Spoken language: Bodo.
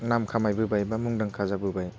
नाम खामायबोबाय बा मुंदांखा जाबोबाय